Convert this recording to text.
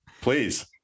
please